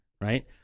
right